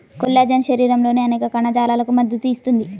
collagen శరీరంలోని అనేక కణజాలాలకు మద్దతు ఇస్తుంది